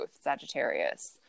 sagittarius